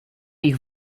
ich